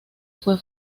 fue